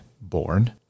born